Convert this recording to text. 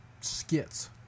skits